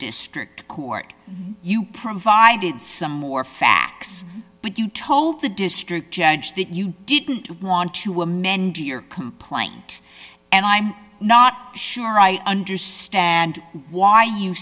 district court you provided some more facts but you told the district judge that you didn't want to amend your complaint and i'm not sure i understand why you